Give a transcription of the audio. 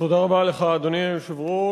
אדוני היושב-ראש,